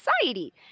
society